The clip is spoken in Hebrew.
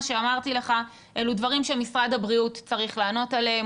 שאמרתי לך אלה דברים שמשרד הבריאות צריך לענות עליהם,